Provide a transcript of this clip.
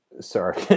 Sorry